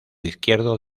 izquierdo